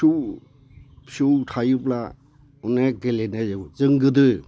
फिसौ फिसौ थायोब्ला अनेख गेलेनायाव जों गोदो